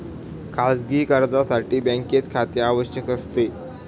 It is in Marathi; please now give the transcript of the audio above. खाजगी कर्जासाठी बँकेत खाते आवश्यक असते